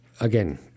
again